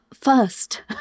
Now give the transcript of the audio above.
first